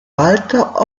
walter